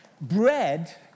Bread